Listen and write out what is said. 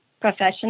professional